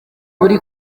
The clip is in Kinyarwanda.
buri